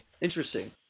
Interesting